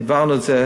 העברנו את זה,